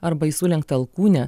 arba į sulenktą alkūnę